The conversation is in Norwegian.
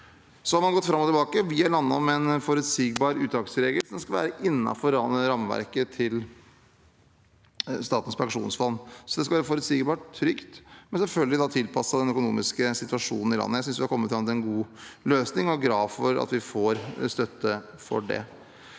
Så har man gått fram og tilbake. Vi har landet på en forutsigbar uttaksregel som skal være innenfor rammeverket til Statens pensjonsfond. Det skal være forutsigbart og trygt, men selvfølgelig tilpasset den økonomiske situasjonen i landet. Jeg synes vi har kommet fram til en god løsning og er glad for at vi får støtte for det.